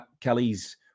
Kelly's